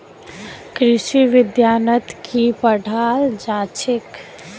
कृषि विज्ञानत की पढ़ाल जाछेक